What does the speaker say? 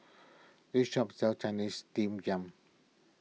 this shop sells Chinese Steamed Yam